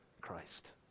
Christ